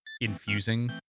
infusing